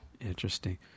Interesting